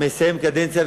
מסיים קדנציה,